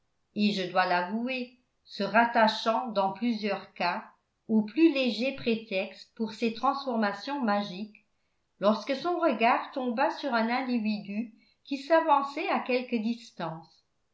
illusion et je dois l'avouer se rattachant dans plusieurs cas aux plus légers prétextes pour ces transformations magiques lorsque son regard tomba sur un individu qui s'avançait à quelque distance